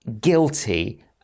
guilty